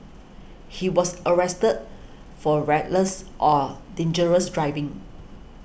he was arrested for reckless or dangerous driving